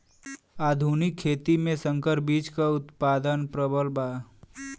आधुनिक खेती में संकर बीज क उतपादन प्रबल बा